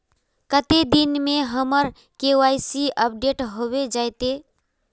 कते दिन में हमर के.वाई.सी अपडेट होबे जयते?